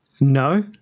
No